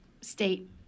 state